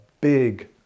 big